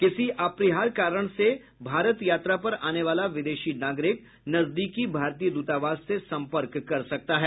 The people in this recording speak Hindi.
किसी अपरिहार्य कारण से भारत यात्रा पर आने वाला विदेशी नागरिक नजदीकी भारतीय दूतावास से संपर्क कर सकता है